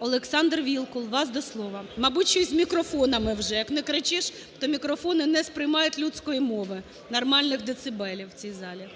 Олександр Вілкул, вас до слова. Мабуть, щось з мікрофонами вже, як не кричиш, то мікрофони не сприймають людської мови, нормальних децибелів в цій залі.